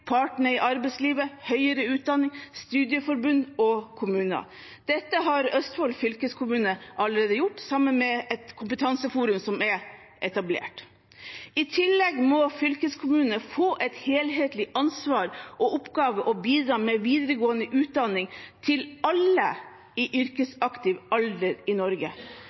partene i arbeidslivet, høyere utdanning, studieforbund og kommuner. Dette har Østfold fylkeskommune allerede gjort sammen med et kompetanseforum som er etablert. I tillegg må fylkeskommunene få et helhetlig ansvar for og i oppgave å bidra med videregående utdanning til alle i yrkesaktiv alder i Norge.